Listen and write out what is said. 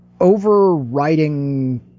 overriding